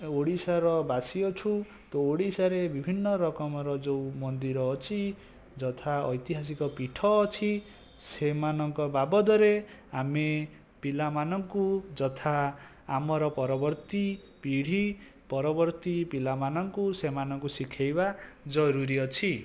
ଓଡ଼ିଶାର ବାସି ଅଛୁ ତ ଓଡ଼ିଶାରେ ବିଭିନ୍ନ ରକମର ଯେଉଁ ମନ୍ଦିର ଅଛି ଯଥା ଐତିହାସିକ ପୀଠ ଅଛି ସେମାନଙ୍କ ବାବଦରେ ଆମେ ପିଲାମାନଙ୍କୁ ଯଥା ଆମର ପରବର୍ତ୍ତୀ ପିଢ଼ୀ ପରବର୍ତ୍ତୀ ପିଲାମାନଙ୍କୁ ସେମାନଙ୍କୁ ଶିଖାଇବା ଜରୁରି ଅଛି